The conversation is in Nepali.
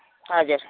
हजुर